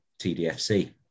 TDFC